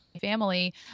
family